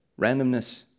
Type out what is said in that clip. randomness